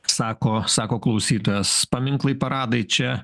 sako sako klausytojas paminklai paradai čia